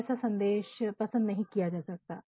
ऐसा संदेश पसंद नहीं किया जा सकता है